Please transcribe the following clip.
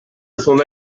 son